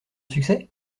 succès